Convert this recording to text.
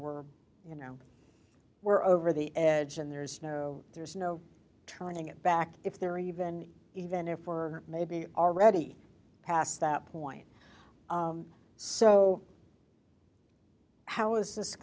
we're you know we're over the edge and there's no there's no turning it back if they're even even if were maybe already past that point so how is this